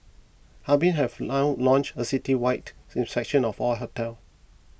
Harbin have now launched a citywide inspection of all hotels